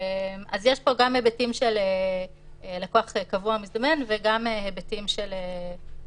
יש פה גם היבטים של לקוח קבוע או מזדמן וגם היבטים של סכום.